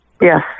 Yes